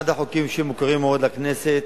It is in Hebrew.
זה אחד החוקים שמוכרים מאוד לכנסת,